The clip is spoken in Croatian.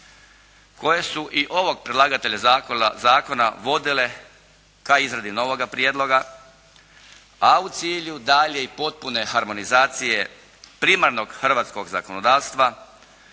koje su i ovog predlagatelja zakona vodile ka izradi novoga prijedloga, a u cilju dalje i potpune harmonizacije primarnog hrvatskog zakonodavstva